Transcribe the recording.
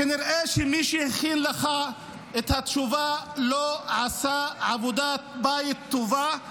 כנראה שמי שהכין לך את התשובה לא עשה עבודת בית טובה,